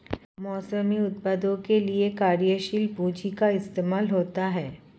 मौसमी उत्पादों के लिये कार्यशील पूंजी का इस्तेमाल होता है